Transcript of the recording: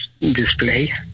display